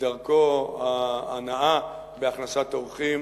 כדרכו הנאה בהכנסת אורחים.